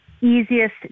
easiest